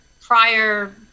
prior